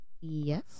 Yes